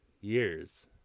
years